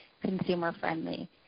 consumer-friendly